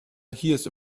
hears